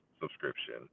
subscription